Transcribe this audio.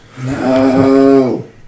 No